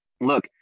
look